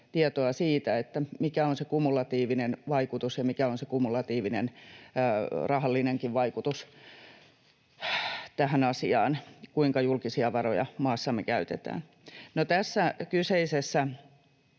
tietoa siitä, mikä on se kumulatiivinen vaikutus ja mikä on se kumulatiivinen rahallinenkin vaikutus siihen, kuinka julkisia varoja maassamme käytetään. No, tässä kyseisessä